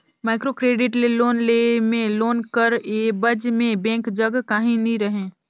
micro credit ले loan लेय में लोन कर एबज में बेंक जग काहीं नी रहें